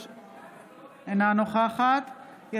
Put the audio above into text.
אינו נוכח שירלי פינטו קדוש,